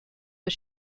but